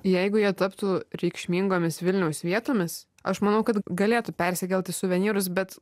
jeigu jie taptų reikšmingomis vilniaus vietomis aš manau kad galėtų persikelt į suvenyrus bet